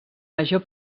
major